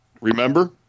Remember